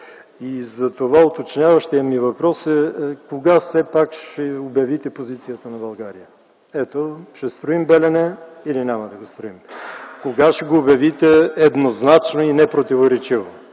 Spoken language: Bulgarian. Затова уточняващият ми въпрос е: кога все пак ще обявите позицията на България? Ще строим ли „Белене” или няма да го строим? Кога ще го обявите еднозначно и непротиворечиво?